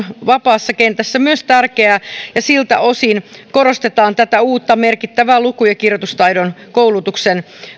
vapaassa kentässä tärkeää ja siltä osin korostetaan tätä uutta merkittävää luku ja kirjoitustaidon koulutusta